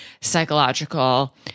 psychological